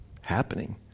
happening